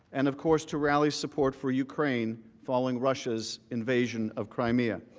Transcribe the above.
and of course to rally support for ukraine, following russia's invasion of crimea.